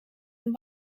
een